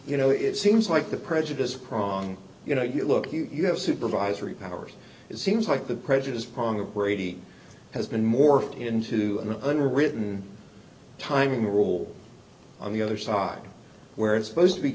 you know it seems like the prejudice prong you know you look you have supervisory powers it seems like the prejudiced prong upgrading has been morphed into an unwritten timing rule on the other side where it's supposed to be